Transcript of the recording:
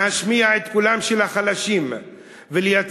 להשמיע את קולם של החלשים ולייצג